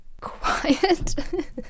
quiet